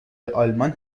آلمان